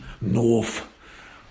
north